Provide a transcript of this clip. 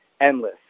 endless